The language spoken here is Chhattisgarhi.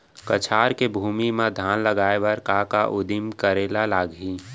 कछार के भूमि मा धान उगाए बर का का उदिम करे ला लागही?